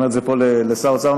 אני אומר את זה פה לשר האוצר.